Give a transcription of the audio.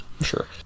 sure